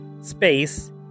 space